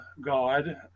God